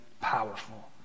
powerful